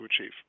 achieve